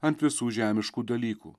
ant visų žemiškų dalykų